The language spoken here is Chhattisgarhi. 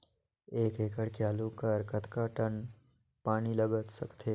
एक एकड़ के आलू बर कतका टन पानी लाग सकथे?